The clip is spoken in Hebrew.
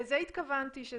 לזה התכוונתי.